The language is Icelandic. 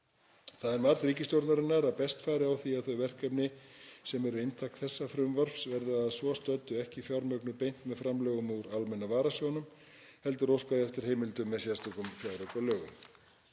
Það er mat ríkisstjórnarinnar að best fari á því að þau verkefni sem eru inntak þessa frumvarps verði að svo stöddu ekki fjármögnuð beint með framlögum úr almenna varasjóðnum heldur óskað eftir heimildum með sérstökum fjáraukalögum.